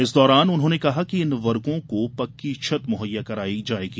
इस दौरान उन्होंने कहा कि इन वर्गों को पक्की छत मुहैया कराई जाएगी